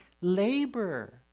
labor